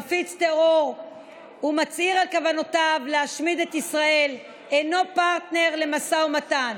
מפיץ טרור ומצהיר על כוונותיו להשמיד את ישראל אינו פרטנר למשא ומתן.